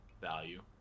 value